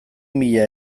mila